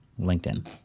LinkedIn